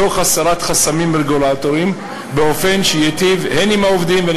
תוך הסרת חסמים רגולטוריים באופן שייטיב הן עם העובדים והן